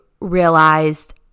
realized